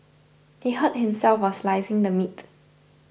he hurt himself while slicing the meat